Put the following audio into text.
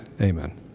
Amen